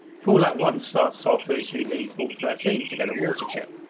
fallout one starts off as you leave vault thirteen to get a water chip.